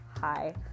hi